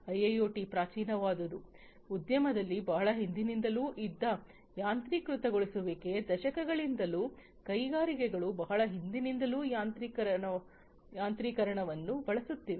IIoT ಪ್ರಾಚೀನವಾದುದು ಉದ್ಯಮದಲ್ಲಿ ಬಹಳ ಹಿಂದಿನಿಂದಲೂ ಇದ್ದ ಯಾಂತ್ರೀಕೃತಗೊಳಿಸುವಿಕೆ ದಶಕಗಳಿಂದಲೂ ಕೈಗಾರಿಕೆಗಳು ಬಹಳ ಹಿಂದಿನಿಂದಲೂ ಯಾಂತ್ರೀಕರಣವನ್ನು ಬಳಸುತ್ತಿವೆ